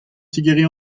tigeriñ